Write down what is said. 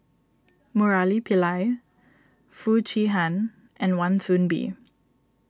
Murali Pillai Foo Chee Han and Wan Soon Bee